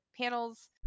panels